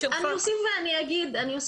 אני אוסיף ואני אגיד